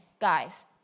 guys